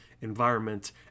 environment